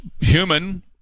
human